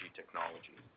technology